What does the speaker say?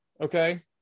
okay